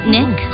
Nick